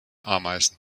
ameisen